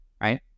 right